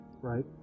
Right